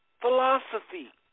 philosophy